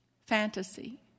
Fantasy